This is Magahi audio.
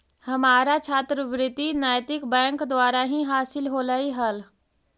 हमारा छात्रवृति नैतिक बैंक द्वारा ही हासिल होलई हल